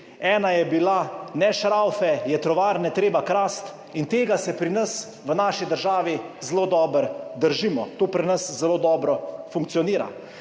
ena je bila, "ne šraufe, je tovarne treba krasti". In tega se pri nas v naši državi zelo dobro držimo. To pri nas zelo dobro funkcionira.